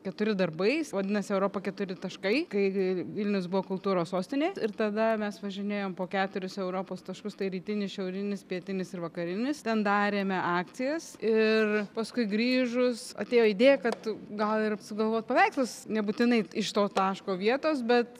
keturi darbai vadinasi europa keturi taškai kai vilnius buvo kultūros sostinė ir tada mes važinėjom po keturis europos taškus tai rytinis šiaurinis pietinis ir vakarinis ten darėme akcijas ir paskui grįžus atėjo idėja kad gal ir sugalvot paveikslus nebūtinai iš to taško vietos bet